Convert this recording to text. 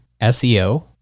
SEO